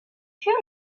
sur